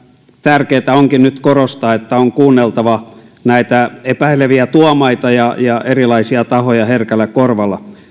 tärkeätä onkin nyt korostaa että on kuunneltava näitä epäileviä tuomaita ja ja erilaisia tahoja herkällä korvalla